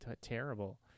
terrible